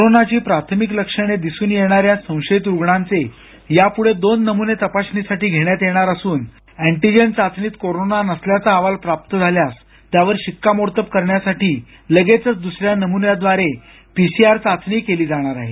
कोरोनाची प्राथमिक लक्षणे दिसून येणाऱ्या संशयित रुग्णांचे यापुढे दोन नमुने तपासणीसाठी घेण्यात येणार असून अँटीजेन चाचणीत कोरोना नसल्याचा अहवाल प्राप्त झाल्यास त्यावर शिक्कामोर्तब करण्यासाठी लगेचच दुसऱ्या नमृन्याव्रारे पीसीआर चाचणी केली जाणार आहे